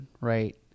right